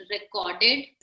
recorded